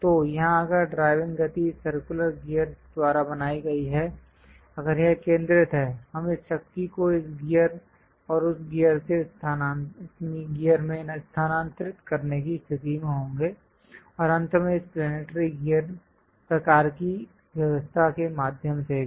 तो यहां अगर ड्राइविंग गति इस सर्कुलर गियर द्वारा बनाई गई है अगर यह केंद्रित है हम इस शक्ति को इस गियर और उस गियर में स्थानांतरित करने की स्थिति में होंगे और अंत में इस प्लेनेटरी गियर प्रकार की व्यवस्था के माध्यम से भी